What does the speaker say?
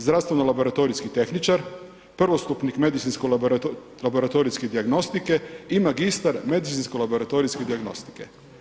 Zdravstveno-laboratorijski tehničar, prvostupnik medicinsko-laboratorijske dijagnostike i magistar medicinsko-laboratorijske dijagnostike.